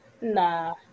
Nah